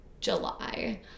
July